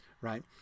right